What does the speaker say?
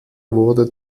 wurde